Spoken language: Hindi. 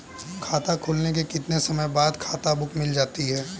खाता खुलने के कितने समय बाद खाता बुक मिल जाती है?